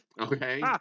Okay